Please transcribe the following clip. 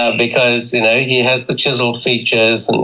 ah because you know he has the chiseled features, and